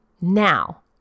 now